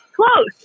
Close